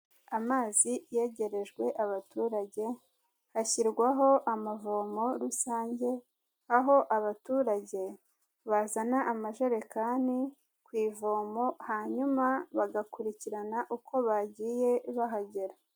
Amazi yegerejwe abaturage hashyirwaho amavomo rusange, aho abaturage bazana amajerekani ku ivomo hanyuma bagakurikirana uko bagiye bahagera.